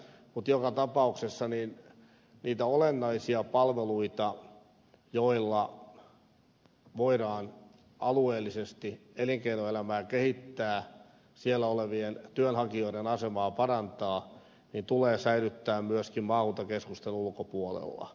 mutta joka tapauksessa niitä olennaisia palveluita joilla voidaan alueellisesti elinkeinoelämää kehittää alueella olevien työnhakijoiden asemaa parantaa tulee säilyttää myöskin maakuntakeskusten ulkopuolella